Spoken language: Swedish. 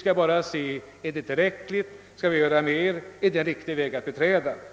skall bara se, om det är tillräckligt eller om vi skall göra mer.